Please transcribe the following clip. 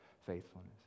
faithfulness